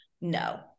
no